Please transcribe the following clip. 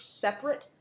separate